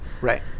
right